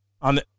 On